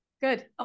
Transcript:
Good